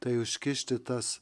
tai užkišti tas